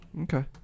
Okay